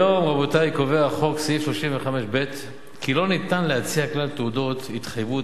היום קובע החוק בסעיף 35ב כי לא ניתן להציע כלל תעודות התחייבות